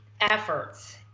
efforts